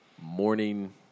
Morning